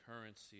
currency